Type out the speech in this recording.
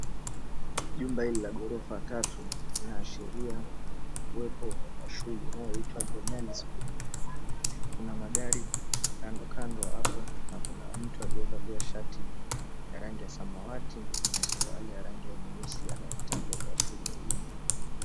Jumba hili la goroja tatu linaashiria uwepo shule inayoitwa The Nyali School kuna magari kando kando hapo kuna mtu aliye valia shati ya rangi ya samawati na surali ya rangi nyeusi anapita kwenye shule hio.